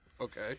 Okay